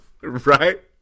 Right